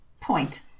Point